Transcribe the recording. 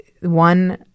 one